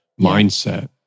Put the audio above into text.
mindset